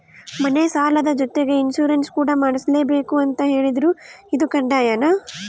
ಮನೆ ಸಾಲದ ಜೊತೆಗೆ ಇನ್ಸುರೆನ್ಸ್ ಕೂಡ ಮಾಡ್ಸಲೇಬೇಕು ಅಂತ ಹೇಳಿದ್ರು ಇದು ಕಡ್ಡಾಯನಾ?